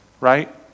right